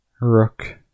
Rook